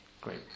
Great